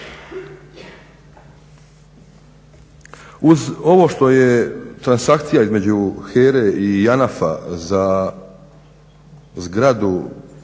Uz ovo što je transakcija između HERA-e i ANAF-a za zgradu